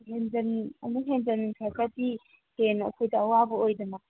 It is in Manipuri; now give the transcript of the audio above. ꯑꯃꯨꯛ ꯍꯦꯟꯖꯤꯟꯈ꯭ꯔꯒꯗꯤ ꯍꯦꯟꯅ ꯑꯩꯈꯣꯏꯗ ꯑꯋꯥꯕ ꯑꯣꯏꯗꯅ